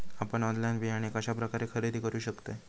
आपन ऑनलाइन बियाणे कश्या प्रकारे खरेदी करू शकतय?